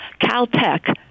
Caltech